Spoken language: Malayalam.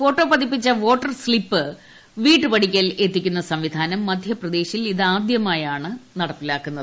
ഫോട്ടോ പതിപ്പിച്ച വോട്ടർ സ്ലിപ്പ് വീട്ടുപടിക്കൽ എത്തിക്കുന്ന സംവിധാനം മധ്യപ്രദേശിൽ ഇതാദ്യമായാണ് നടപ്പിലാക്കുന്നത്